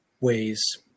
ways